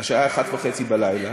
והשעה 01:30,